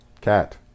cat